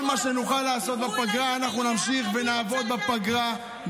כל מה שנוכל לעשות בפגרה אנחנו נמשיך ונעבוד בפגרה.